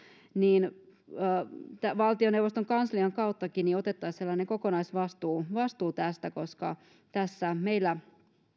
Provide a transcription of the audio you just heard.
niin valtioneuvoston kanslian kauttakin otettaisiin kokonaisvastuu tästä koska tässä meillä